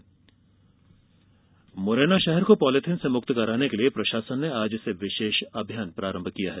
कबाड़ी मुरैना शहर को पॉलीथिन से मुक्त कराने के लिए प्रशासन ने आज से विशेष अभियान प्रारंभ किया है